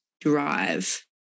drive